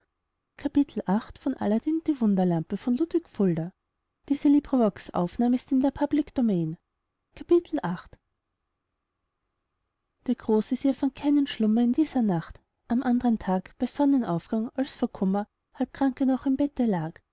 wärmen der großvezier fand keinen schlummer in dieser nacht am andern tag bei sonnenaufgang als vor kummer halb krank er noch im bette lag